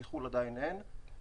כי חו"ל עדיין לא יהיה.